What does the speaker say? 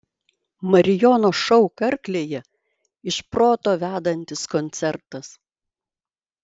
marijono šou karklėje iš proto vedantis koncertas